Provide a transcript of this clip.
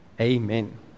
Amen